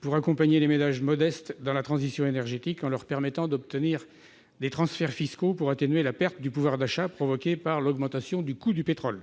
pour accompagner les ménages modestes dans la transition énergétique, en permettant à ces derniers d'obtenir des transferts fiscaux pour atténuer la perte de pouvoir d'achat provoquée par l'augmentation du coût du pétrole.